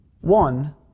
One